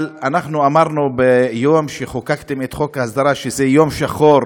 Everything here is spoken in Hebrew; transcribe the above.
אבל אנחנו אמרנו ביום שחוקקתם את חוק ההסדרה שזה יום שחור